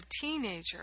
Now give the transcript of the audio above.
teenager